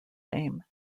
name